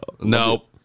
Nope